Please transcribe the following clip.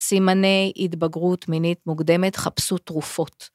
סימני התבגרות מינית מוקדמת חפשו תרופות.